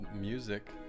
music